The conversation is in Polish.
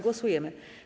Głosujemy.